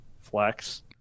flex